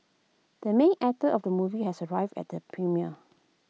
the main actor of the movie has arrived at the premiere